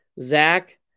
Zach